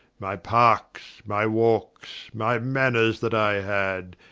my parkes, my walkes, my mannors that i had,